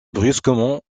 brusquement